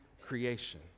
creation